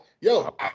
yo